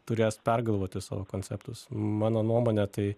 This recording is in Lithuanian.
turės pergalvoti savo konceptus mano nuomone tai